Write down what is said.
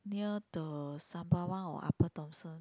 near the Sembawang or Upper-Thomson